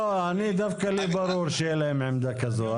דווקא לי ברור שיהיה להם עמדה כזו,